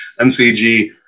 MCG